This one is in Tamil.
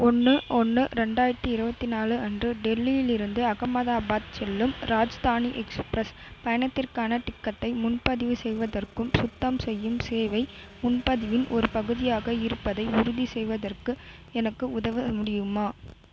ஒன்று ஒன்று ரெண்டாயிரத்தி இருபத்தி நாலு அன்று டெல்லியிலிருந்து அகமதாபாத் செல்லும் ராஜ்தானி எக்ஸ்ப்ரஸ் பயணத்திற்கான டிக்கெட்டை முன்பதிவு செய்வதற்கும் சுத்தம் செய்யும் சேவை முன்பதிவின் ஒரு பகுதியாக இருப்பதை உறுதி செய்வதற்கு எனக்கு உதவ முடியுமா